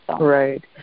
Right